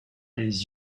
les